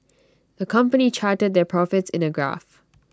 the company charted their profits in A graph